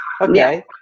okay